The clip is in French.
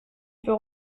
peux